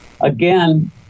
again